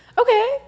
Okay